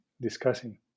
discussing